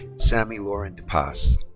sami loren depass.